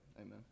amen